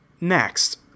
Next